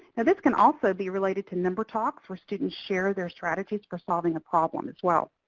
and this can also be related to number talks where students share their strategies for solving a problem as well.